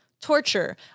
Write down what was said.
torture